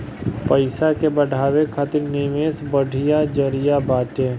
पईसा के बढ़ावे खातिर निवेश बढ़िया जरिया बाटे